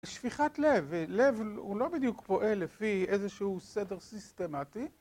שפיכת לב. לב הוא לא בדיוק פועל לפי איזשהו סדר סיסטמטי